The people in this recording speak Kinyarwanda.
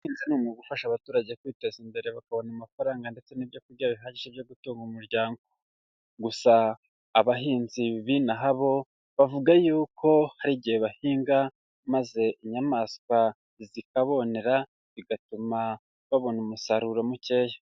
Ubuhinzi ni umwuga ufasha abaturage kwiteza imbere bakabona amafaranga ndetse n'ibyo kurya bihagije byo gutunga umuryango, gusa abahinzi b'inaha bo, bavuga yuko hari igihe bahinga maze inyamaswa zikabonera, bigatuma babona umusaruro mukeya.